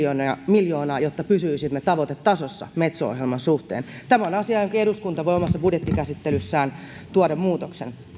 miljoonaa jotta pysyisimme tavoitetasossa metso ohjelman suhteen tämä on asia johonka eduskunta voi omassa budjettikäsittelyssään tuoda muutoksen